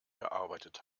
gearbeitet